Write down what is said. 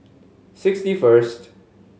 sixty third